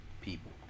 people